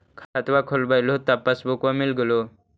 खतवा खोलैलहो तव पसबुकवा मिल गेलो?